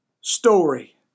story